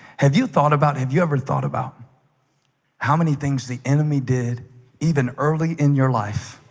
have you thought about have you ever thought about how many things the enemy did even early in your life?